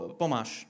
pomáš